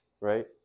right